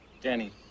Danny